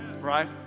right